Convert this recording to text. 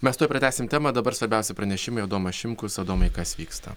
mes tuoj pratęsim temą dabar svarbiausi pranešimai adomas šimkus adomai kas vyksta